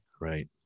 Right